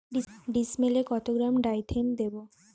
ডিস্মেলে কত gram Dithane দেবো?